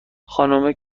خانومه